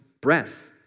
breath